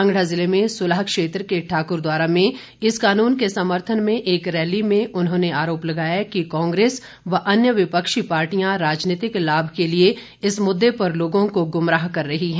कांगड़ा ज़िले में सुलह क्षेत्र के ठाकुरद्वारा में इस कानून के समर्थन में एक रैली में उन्होंने आरोप लगाया कि कांग्रेस व अन्य विपक्षी पार्टियां राजनीतिक लाभ के लिए इस मुददे पर लोगों को गुमराह कर रही हैं